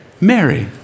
Mary